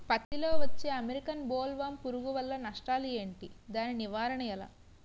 పత్తి లో వచ్చే అమెరికన్ బోల్వర్మ్ పురుగు వల్ల నష్టాలు ఏంటి? దాని నివారణ ఎలా?